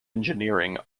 engineering